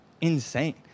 insane